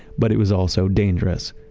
but it was also dangerous.